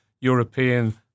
European